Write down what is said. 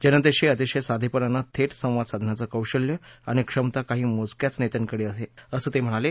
जनतेशी अतिशय साधेपणानं थेट संवाद साधण्याचं कौशल्य आणि क्षमता काही मोजक्याच नेत्यांकडे आहे असं ते म्हणाले